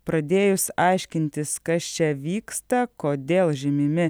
pradėjus aiškintis kas čia vyksta kodėl žymimi